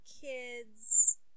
kids